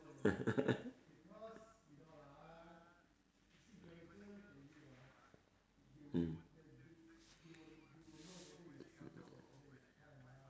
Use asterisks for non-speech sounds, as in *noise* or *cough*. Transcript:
*laughs*